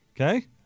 Okay